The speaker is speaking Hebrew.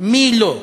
מי לא?